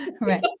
Right